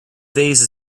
vase